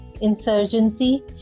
insurgency